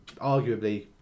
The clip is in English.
arguably